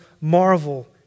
marvel